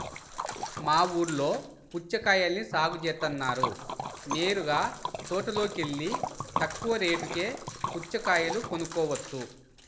మా ఊల్లో పుచ్చకాయల్ని సాగు జేత్తన్నారు నేరుగా తోటలోకెల్లి తక్కువ రేటుకే పుచ్చకాయలు కొనుక్కోవచ్చు